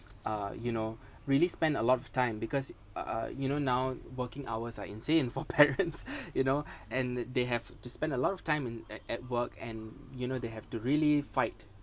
uh you know really spend a lot of time because uh you know now working hours are insane for parents you know and they have to spend a lot of time and at at work and you know they have to really fight